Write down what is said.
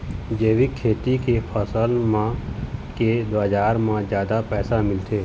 जैविक खेती के फसल मन के बाजार म जादा पैसा मिलथे